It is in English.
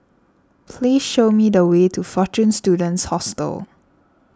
please show me the way to fortune Students Hostel